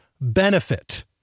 benefit